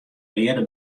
reade